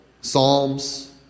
Psalms